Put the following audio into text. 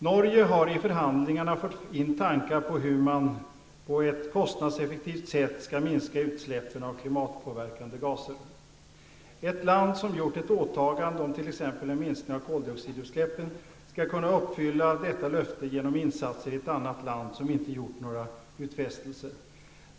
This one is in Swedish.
Norge har i förhandlingarna fört in tankar på hur man på ett kostnadseffektivt sätt skall minska utsläppen av klimatpåverkande gaser. Ett land som gjort ett åtagande om t.ex. en minskning av koldioxidutsläppen skall kunna uppfylla detta löfte genom insatser i ett annat land som inte gjort några utfästelser.